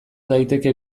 daiteke